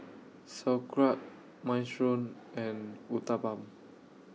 Sauerkraut Minestrone and Uthapam